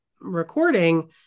recording